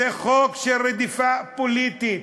זה חוק של רדיפה פוליטית,